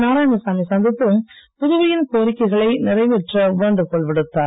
நாராயணசாமி சந்தித்து புதுவையின் கோரிக்கைகளை நிறைவேற்ற வேண்டுகோள் விடுத்தார்